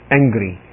angry